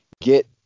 get